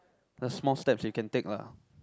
the small steps we can take lah